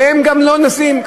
והם גם לא נושאים.